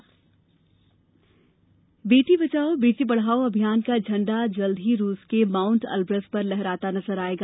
बेटी बचाओ बेटी पढाओ बेटी बचाओ बेटी पढाओ अभियान का झंडा जल्दी ही रूस के माउंट एल्व्रस पर लहराता नजर आएगा